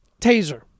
Taser